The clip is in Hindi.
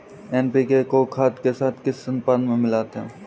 एन.पी.के को खाद के साथ किस अनुपात में मिलाते हैं?